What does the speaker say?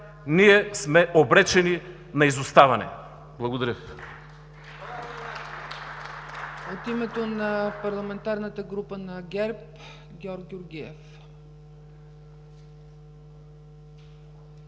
ние сме обречени на изоставане. Благодаря